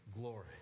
glory